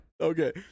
Okay